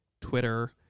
Twitter